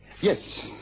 Yes